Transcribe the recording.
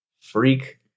freak